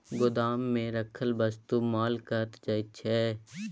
गोदाममे राखल वस्तुकेँ माल कहल जाइत छै